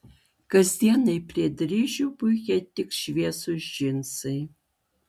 kasdienai prie dryžių puikiai tiks šviesūs džinsai